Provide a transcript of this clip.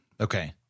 Okay